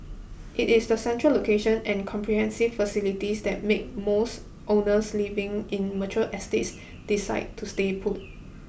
it is the central location and comprehensive facilities that make most owners living in mature estates decide to stay put